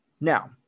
Now